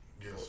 yes